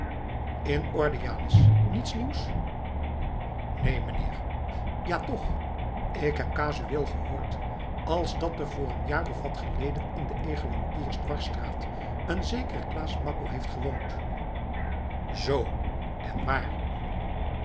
in orde janus niets nieuws neen meneer ja toch k heb casuweel gehoord alsdat er voor een jaar of wat geleden in de egelantiersdwarsstraat een zekere klaas makko heeft gewoond zoo en waar